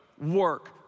work